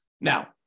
Now